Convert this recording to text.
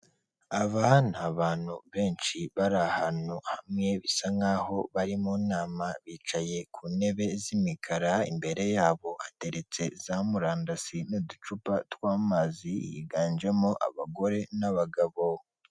Aba ni abantu benshi bari ahantu hamwe bisa nk'aho bari mu nama bicaye ku ntebe z'imikara, imbere yabo ateretse zamurandasi n'uducupa tw'amazi higanjemo abagore n'abagabo.